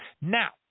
Now